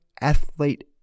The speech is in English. athlete